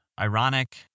ironic